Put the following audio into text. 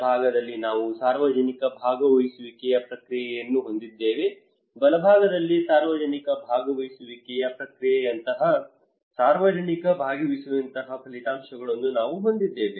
ಎಡಭಾಗದಲ್ಲಿ ನಾವು ಸಾರ್ವಜನಿಕ ಭಾಗವಹಿಸುವಿಕೆಯ ಪ್ರಕ್ರಿಯೆಯನ್ನು ಹೊಂದಿದ್ದೇವೆ ಬಲಭಾಗದಲ್ಲಿ ಸಾರ್ವಜನಿಕ ಭಾಗವಹಿಸುವಿಕೆಯ ಪ್ರಕ್ರಿಯೆಯಂತಹ ಸಾರ್ವಜನಿಕ ಭಾಗವಹಿಸುವಿಕೆಯ ಫಲಿತಾಂಶಗಳನ್ನು ನಾವು ಹೊಂದಿದ್ದೇವೆ